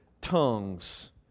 tongues